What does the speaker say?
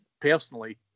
personally